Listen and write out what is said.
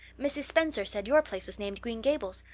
mrs. spencer said your place was named green gables.